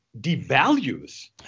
devalues